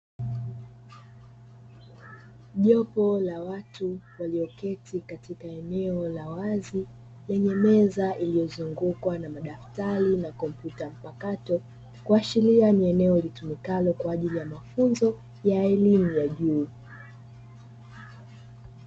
Jopo la watu walioketi katika eneo la wazi, lenye meza iliyozungukwa na madaftari na kompyuta mpakato. Kuashiria ni eneo litumikalo kwa ajili ya mafunzo ya elimu ya juu.